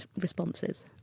responses